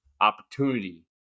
opportunity